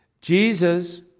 Jesus